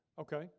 Okay